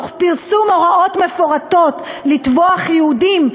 תוך פרסום הוראות מפורטות לטבוח יהודים,